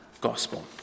gospel